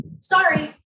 Sorry